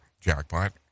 jackpot